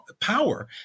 power